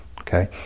okay